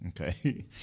Okay